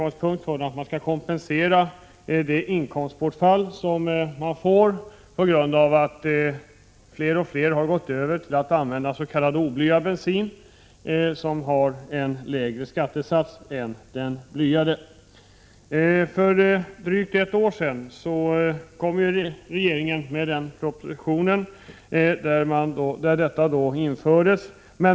Man vill därmed kompensera det inkomstbortfall som uppstått på grund av att fler och fler har gått över till att använda s.k. oblyad bensin, som har en lägre skattesats än den blyade. För drygt ett år sedan lade regeringen fram den proposition som ledde till att detta infördes.